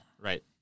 Right